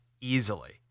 easily